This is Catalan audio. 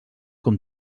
com